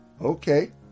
Okay